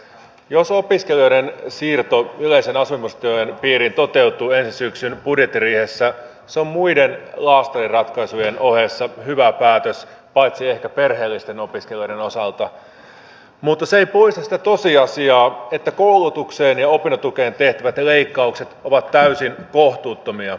jos opiskelijoiden siirto yleisen asumistuen piiriin toteutuu ensi syksyn budjettiriihessä se on muiden laastariratkaisujen ohessa hyvä päätös paitsi ehkä perheellisten opiskelijoiden osalta mutta se ei poista sitä tosiasiaa että koulutukseen ja opintotukeen tehtävät leikkaukset ovat täysin kohtuuttomia